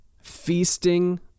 Feasting